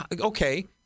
Okay